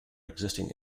existing